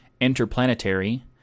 Interplanetary